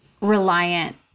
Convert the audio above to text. reliant